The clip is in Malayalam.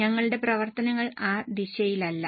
ഞങ്ങളുടെ പ്രവർത്തനങ്ങൾ ആ ദിശയിലല്ല